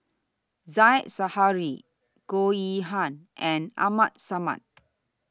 Said Zahari Goh Yihan and Abdul Samad